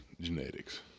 genetics